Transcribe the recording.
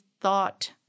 thought